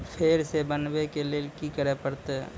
फेर सॅ बनबै के लेल की करे परतै?